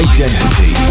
Identity